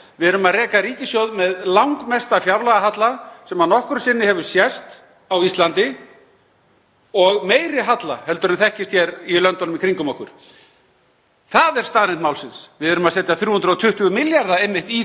að gera. Við rekum ríkissjóð með langmesta fjárlagahalla sem nokkru sinni hefur sést á Íslandi og meiri halla en þekkist í löndunum í kringum okkur. Það er staðreynd málsins. Við setjum 320 milljarða einmitt í